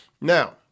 now